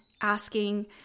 asking